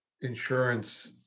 insurance